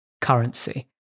currency